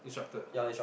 instructor